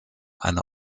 eine